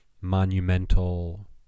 monumental